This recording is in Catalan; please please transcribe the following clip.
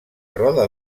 roda